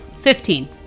Fifteen